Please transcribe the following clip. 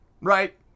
right